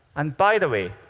and by the way,